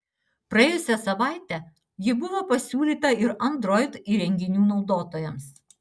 praėjusią savaitę ji buvo pasiūlyta ir android įrenginių naudotojams